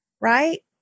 right